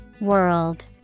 World